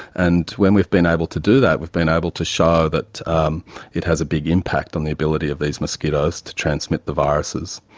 and where we've been able to do that we've been able to show that um it has a big impact on the ability of these mosquitoes to transmit the viruses.